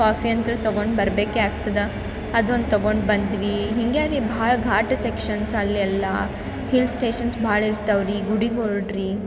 coffee ಅಂತೂ ತಗೊಂಡು ಬರಬೇಕೆ ಆಗ್ತದ ಅದೊಂದು ತಗೊಂಡು ಬಂದ್ವಿ ಹಿಂಗ್ಯಾರಿ ಭಾಳ ಘಾಟ್ ಸೆಕ್ಷೆನ್ಸ್ ಅಲ್ಲಿ ಎಲ್ಲ ಹಿಲ್ಸ್ ಸ್ಟೇಷನ್ಸ್ ಭಾಳ್ ಇರ್ತಾವ್ರಿ ಗುಡಿಗೆ ಹೊರಡ್ರಿ